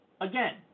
Again